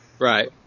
Right